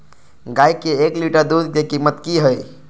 गाय के एक लीटर दूध के कीमत की हय?